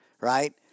right